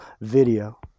video